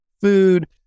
food